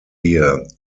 here